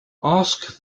ask